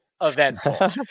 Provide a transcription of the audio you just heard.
eventful